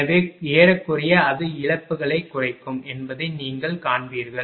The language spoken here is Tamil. எனவே ஏறக்குறைய அது இழப்புகளைக் குறைக்கும் என்பதை நீங்கள் காண்பீர்கள்